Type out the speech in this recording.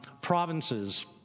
provinces